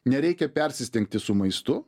nereikia persistengti su maistu